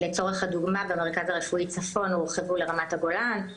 לצורך הדוגמה במרכז הרפואי צפון הם הורחבו לרמת הגולן,